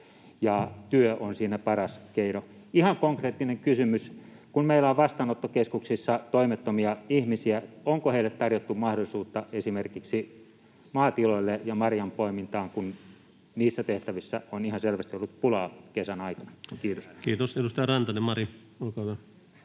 työ on siinä paras keino. Ihan konkreettinen kysymys: kun meillä on vastaanottokeskuksissa toimettomia ihmisiä, onko heille tarjottu mahdollisuutta esimerkiksi maatiloille ja marjanpoimintaan, kun niissä tehtävissä on ihan selvästi ollut pulaa kesän aikana? — Kiitos. [Speech 135]